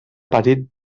petit